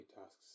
tasks